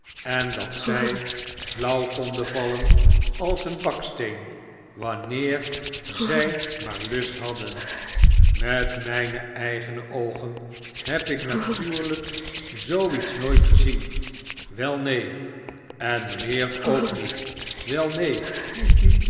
en dat zij flauw konden vallen als een baksteen wanneer zij maar lust hadden met mijne eigene oogen heb ik natuurlijk zoo iets nooit gezien wel neen en mijnheer ook niet wel neen